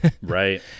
Right